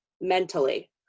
mentally